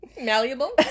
Malleable